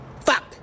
Fuck